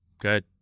good